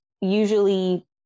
usually